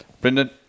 Brendan